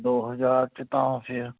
ਦੋ ਹਜ਼ਾਰ 'ਚ ਤਾਂ ਫਿਰ